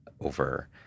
over